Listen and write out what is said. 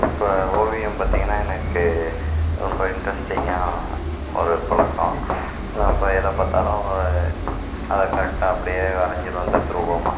இப்போ ஓவியம் பார்த்தீங்கன்னா எனக்கு ரொம்ப இன்ட்ரெஸ்டிங்காக ஒரு பழக்கம் நம்ம எதை பார்த்தாலும் அதை கரெக்டாக அப்படியே வரைஞ்சிருவேன் தத்ரூபமாக